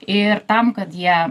ir tam kad jie